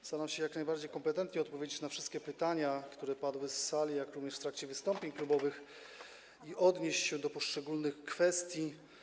Postaram się jak najbardziej kompetentnie odpowiedzieć na wszystkie pytania, które padły z sali, jak również w trakcie wystąpień klubowych, i odnieść się do poszczególnych kwestii.